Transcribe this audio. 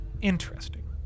interesting